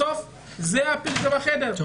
בסוף זה הפיל שבחדר.